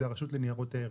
זו הרשות לניירות ערך